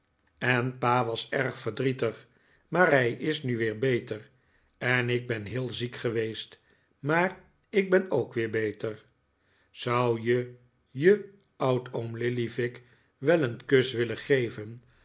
en pa was erg verdrietig maar hij is nu weer beter en ik ben heel ziek geweest maar ik ben ook weer beter zou je je oudoom lillyvick wel een kus willen geven